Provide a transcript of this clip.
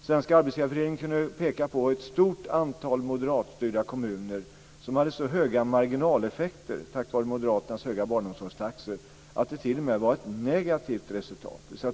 Svenska Arbetsgivareföreningen pekade på ett stort antal moderatstyrda kommuner som hade så höga marginaleffekter, till följd av moderaternas höga barnomsorgstaxor, att det t.o.m. blev ett negativt resultat.